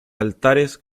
altares